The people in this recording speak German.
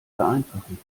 vereinfachen